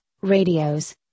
radios